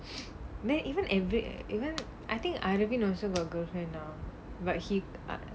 then even enrik even I think arvind also got girlfriend now but he ah